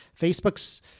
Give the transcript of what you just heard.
Facebook's